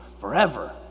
forever